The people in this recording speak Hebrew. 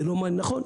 נכון,